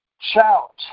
shout